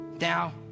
Now